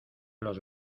los